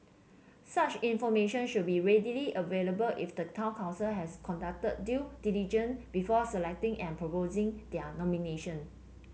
such information should be readily available if the town council has conducted due diligent before selecting and proposing their nomination